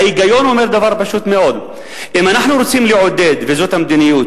ההיגיון אומר דבר פשוט מאוד: אם אנחנו רוצים לעודד וזאת המדיניות,